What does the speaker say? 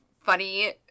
funny